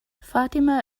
fatima